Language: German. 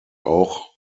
auch